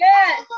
Yes